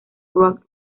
rock